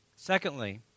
Secondly